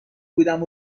بودم